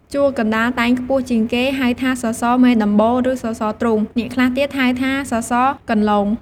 ជួរកណ្តាលតែងខ្ពស់ជាងគេ ហៅថាសសរមេដំបូល ឬសសរទ្រូង អ្នកខ្លះទៀតហៅថាសសរកន្លោង។